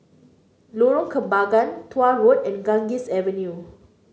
Lorong Kembagan Tuah Road and Ganges Avenue